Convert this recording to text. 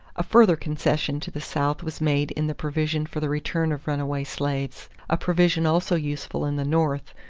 a further concession to the south was made in the provision for the return of runaway slaves a provision also useful in the north,